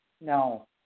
No